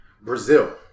Brazil